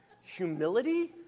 Humility